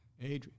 Adrian